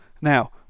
Now